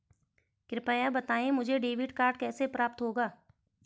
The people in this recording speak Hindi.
कृपया बताएँ मुझे डेबिट कार्ड कैसे प्राप्त होगा?